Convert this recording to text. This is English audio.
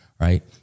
right